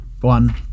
one